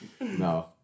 No